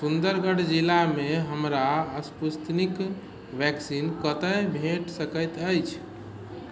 सुन्दरगढ़ जिलामे हमरा Sputnik vaccine कतय भेट सकैत अछि